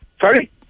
Sorry